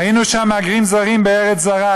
היינו שם מהגרים זרים בארץ זרה,